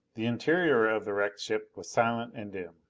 the interior of the wrecked ship was silent and dim.